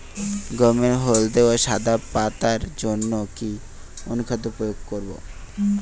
গমের হলদে ও সাদা পাতার জন্য কি অনুখাদ্য প্রয়োগ করব?